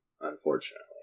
unfortunately